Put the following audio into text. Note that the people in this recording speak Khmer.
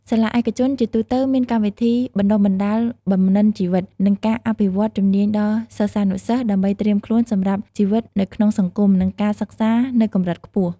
សាលាឯកជនជាទូទៅមានកម្មវិធីបណ្តុះបណ្តាលបំណិនជីវិត និងការអភិវឌ្ឍន៍ជំនាញដល់សិស្សានុសិស្ស ដើម្បីត្រៀមខ្លួនសម្រាប់ជីវិតនៅក្នុងសង្គម និងការសិក្សានៅកម្រិតខ្ពស់។